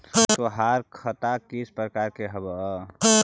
तोहार खता किस प्रकार के हवअ